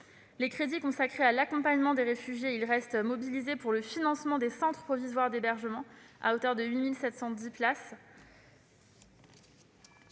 aux crédits consacrés à l'accompagnement des réfugiés, ils restent mobilisés pour le financement des centres provisoires d'hébergement, à hauteur de 8 710 places.